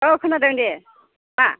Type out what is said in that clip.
औ खोनादों दे मा